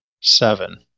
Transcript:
Seven